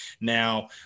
Now